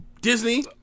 Disney